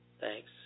Thanks